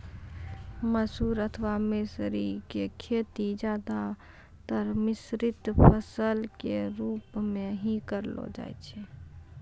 मसूर अथवा मौसरी के खेती ज्यादातर मिश्रित फसल के रूप मॅ हीं करलो जाय छै